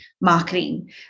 marketing